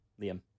Liam